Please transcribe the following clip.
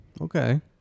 Okay